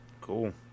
Cool